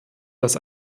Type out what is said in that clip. dass